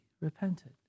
repented